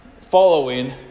following